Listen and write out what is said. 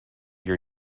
your